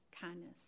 kindness